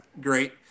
great